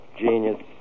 genius